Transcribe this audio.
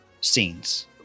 scenes